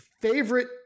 favorite